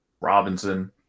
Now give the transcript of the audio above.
Robinson